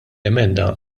emenda